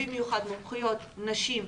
במיוחד נשים מומחיות,